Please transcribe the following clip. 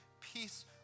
peace